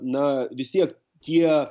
na vis tiek tie